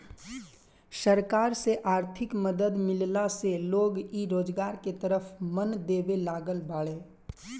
सरकार से आर्थिक मदद मिलला से लोग इ रोजगार के तरफ मन देबे लागल बाड़ें